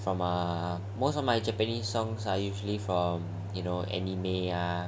from a most of my japanese songs are usually from you know anime ah